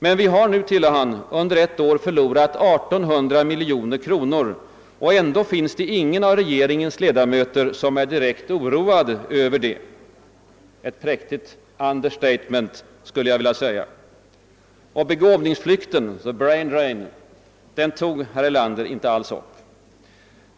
Vi har nu under ett år förlorat 1800 miljoner kronor, men ändå finns det ingen av regeringens ledamöter som är »direkt oroad«, tillade han — ett präktigt understatement, skulle jag vilja säga. Och begåvningsflykten — the brain drain — tog herr Erlander inte alls upp.